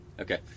Okay